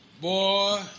Boy